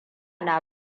na